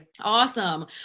Awesome